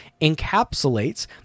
encapsulates